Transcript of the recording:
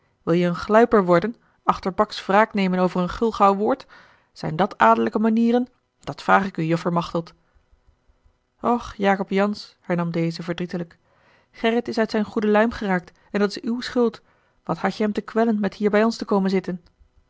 wil je een gluiper worden achterbaks wraak nemen over een gulgauw woord zijn dat adellijke manieren dat vrage ik u joffer machteld och jacob jansz hernam deze verdrietelijk gerrit is uit zijn goede luim geraakt en dat is uwe schuld wat hadt je hem te kwellen met hier bij ons te komen zitten